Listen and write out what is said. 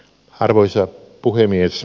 arvoisa puhemies